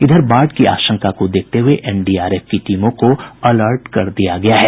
इधर बाढ़ की आशंका को देखते हुये एनडीआरएफ की टीमों को अलर्ट कर दिया गया है